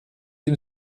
dem